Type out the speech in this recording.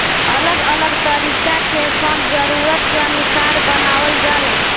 अलग अलग तरीका के फंड जरूरत के अनुसार से बनावल जाला